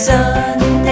Sunday